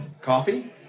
Coffee